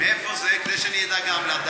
איפה זה, שאני אדע גם?